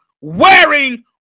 wearing